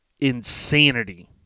Insanity